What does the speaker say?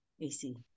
AC